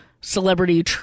celebrity